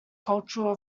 cultural